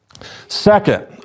Second